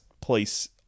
place